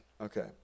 Okay